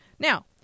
Now